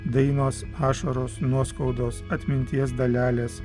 dainos ašaros nuoskaudos atminties dalelės